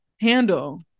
handle